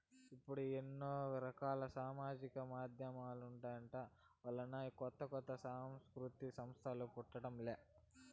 ఇప్పుడు ఎన్నో రకాల సామాజిక మాధ్యమాలుండటం వలన కొత్త కొత్త సాంస్కృతిక సంస్థలు పుట్టడం లే